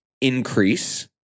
increase